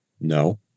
No